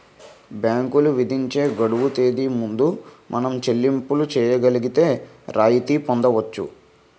బ్యాంకులు విధించే గడువు తేదీ ముందు మనం చెల్లింపులు చేయగలిగితే రాయితీ పొందవచ్చు